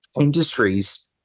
industries